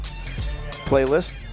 playlist